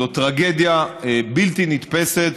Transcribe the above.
זו טרגדיה בלתי נתפסת,